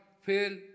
fail